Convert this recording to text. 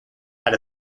out